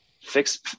Fix